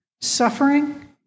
suffering